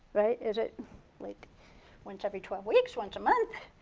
is it like once every twelve weeks? once a month?